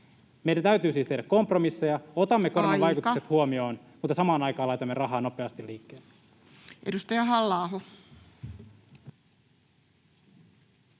Meidän täytyy siis tehdä kompromisseja: [Puhemies: Aika!] otamme koronan vaikutukset huomioon, mutta samaan aikaan laitamme rahaa nopeasti liikkeelle.